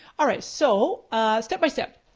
alright, so step by step.